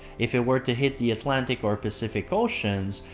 if it were to hit the atlantic or pacific oceans,